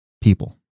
people